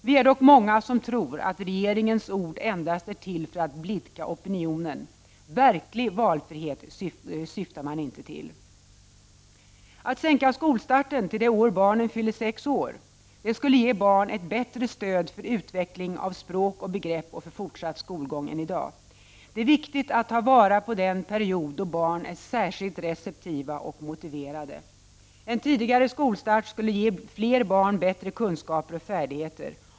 Vi är dock många som tror att regeringens ord endast är till för att blidka opinionen. Verklig valfrihet syftar man inte till. Att sänka skolstarten till det år barnen fyller sex år skulle ge barn ett bättre stöd för utveckling av språk och begrepp och för fortsatt skolgång än i dag. Det är viktigt att ta till vara den period då barn är särskilt receptiva och motiverade. En tidigare skolstart skulle ge fler barn bättre kunskaper och färdigheter.